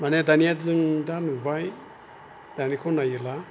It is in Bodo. मानि दानिया जों दा नुबाय दानिखौ नायोब्ला